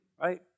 right